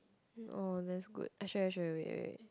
oh that's good i show you i show you wait wait